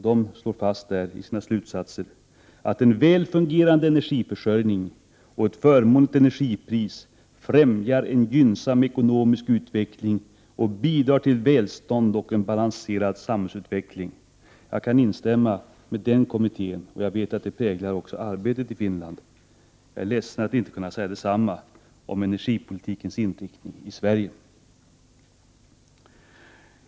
Denna kommitté drar slutsatsen att en väl fungerande energiförsörjning och ett förmånligt energipris främjar en gynnsam ekonomisk utveckling och bidrar till välstånd och en balanserad samhällsutveckling. Jag kan instämma i det som denna kommitté uttalar. Jag vet att detta även präglar arbetet i Finland och är ledsen att inte kunna säga detsamma om inriktningen av energipolitiken i Sverige.